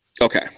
Okay